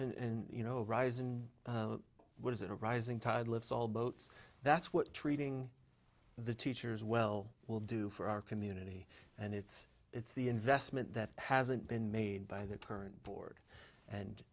and you know rise in what is it a rising tide lifts all boats that's what treating the teachers well will do for our community and it's it's the investment that hasn't been made by the current board and